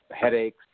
headaches